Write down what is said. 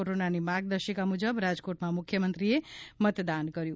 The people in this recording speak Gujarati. કોરોનાની માર્ગદર્શિકા મુજબ રાજકોટમાં મુખ્યમંત્રીએ મતદાન કર્યુ